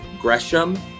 Gresham